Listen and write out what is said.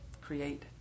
create